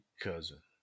cousin